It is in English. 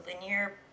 linear